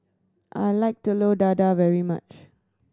I like Telur Dadah very much